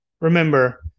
remember